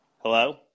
Hello